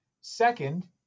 Second